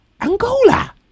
Angola